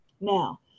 Now